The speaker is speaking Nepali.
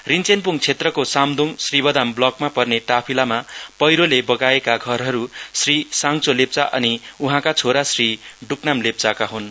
रिञ्चेनप्ङ क्षेत्रको सामद्ङ श्रीबदाम ब्लकमा पर्ने टाफिलमा पैह्रोले बगाएका घरहरू श्री साङ्चो लेप्चा अनि उहाँका छोरा श्री ड्कनाम लेप्चाका हुन्